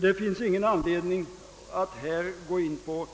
Det finns ingen anledning att här i detalj gå in på